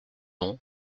ont